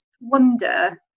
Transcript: wonder